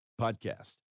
podcast